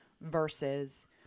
versus